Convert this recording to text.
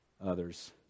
others